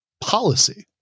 policy